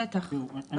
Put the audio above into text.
אנחנו,